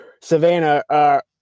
Savannah